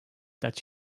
that